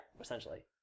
essentially